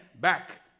back